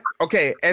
Okay